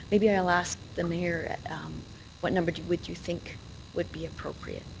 maybe i'll ask the mayor what number would you think would be appropriate.